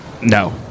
No